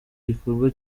gikorwa